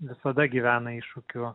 visada gyvena iššūkiu